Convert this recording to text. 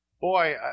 Boy